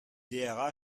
drh